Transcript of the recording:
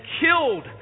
killed